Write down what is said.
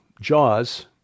Jaws